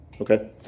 Okay